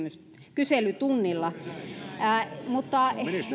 kyselytunnilla todellakin myös